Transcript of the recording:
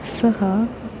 सः